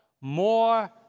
More